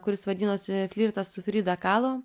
kuris vadinosi flirtas su frida kalo